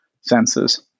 senses